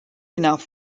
enough